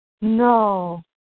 No